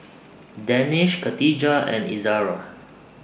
Danish Khatijah and Izara